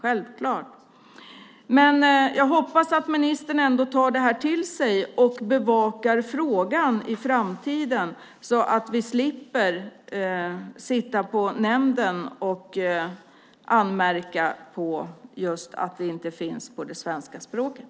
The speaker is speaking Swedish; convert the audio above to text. Jag hoppas att ministern tar detta till sig och bevakar frågan i framtiden så att vi slipper sitta på EU-nämnden och anmärka på att det inte finns handlingar på det svenska språket.